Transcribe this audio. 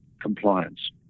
compliance